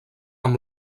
amb